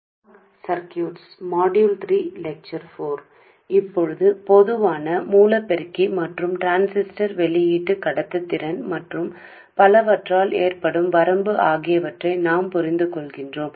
ఇప్పుడు మేము సాధారణ సోర్స్ యాంప్లిఫైయర్ను అర్థం చేసుకున్నాము మరియు transistor output transistor output conductance district వల్ల కలిగే పరిమితి కూడా